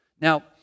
Now